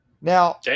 Now